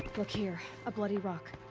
look here. a bloody rock.